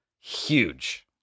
Huge